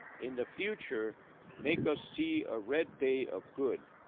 in the future make us see a red day of good.